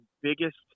biggest